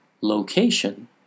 location